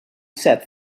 set